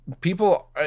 people